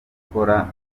gukora